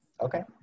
okay